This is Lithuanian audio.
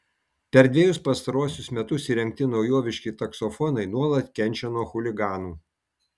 per dvejus pastaruosius metus įrengti naujoviški taksofonai nuolat kenčia nuo chuliganų